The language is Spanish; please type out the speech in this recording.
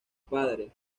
padre